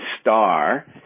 star